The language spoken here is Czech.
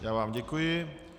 Já vám děkuji.